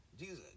Jesus